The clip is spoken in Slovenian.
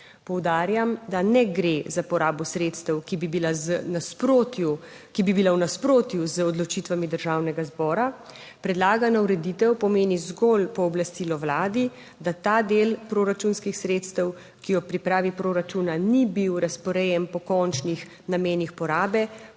Poudarjam, da ne gre za porabo sredstev, ki bi bila v nasprotju z odločitvami Državnega zbora. Predlagana ureditev pomeni zgolj pooblastilo Vladi, da ta del proračunskih sredstev, ki je ob pripravi proračuna ni bil razporejen po končnih namenih porabe,